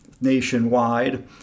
nationwide